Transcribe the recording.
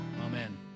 Amen